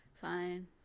Fine